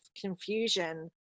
confusion